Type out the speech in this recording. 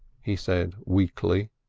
he said weakly.